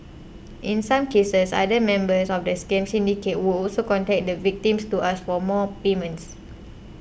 in some cases other members of the scam syndicate would also contact the victims to ask for more payments